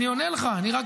שיש